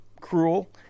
cruel